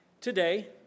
Today